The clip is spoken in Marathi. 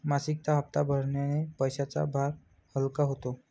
मासिक हप्ता भरण्याने पैशांचा भार हलका होतो